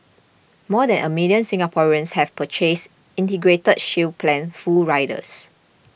more than a million Singaporeans have purchased Integrated Shield Plan full riders